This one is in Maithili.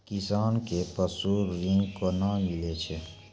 किसान कऽ पसु ऋण कोना मिलै छै?